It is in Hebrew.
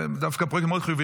זה דווקא פרויקט מאוד חיובי.